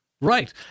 Right